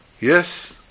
yes